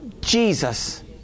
Jesus